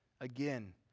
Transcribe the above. Again